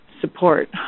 support